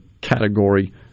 category